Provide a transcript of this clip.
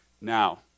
now